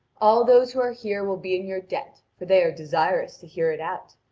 all those who are here will be in your debt, for they are desirous to hear it out.